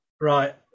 Right